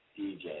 DJ